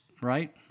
right